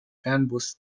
fernbus